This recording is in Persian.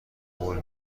قول